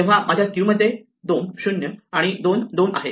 तेव्हा माझ्या क्यू मध्ये 20 आणि 22 आहेत